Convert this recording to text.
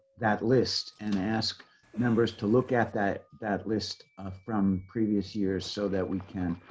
that list and ask members to look at that, that list of from previous years, so that we can.